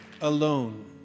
alone